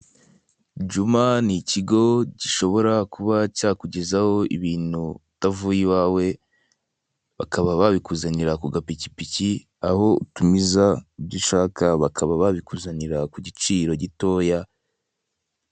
Juma ni ikigo gishobora kuba cyakugezah ibintu utavuye iwawe bakaba babikuzanira ku gapikipiki aho utumiza ibyo ushaka bakaba babikuzanira ku giciro gitoya.